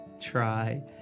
Try